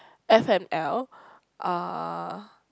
f_m_l uh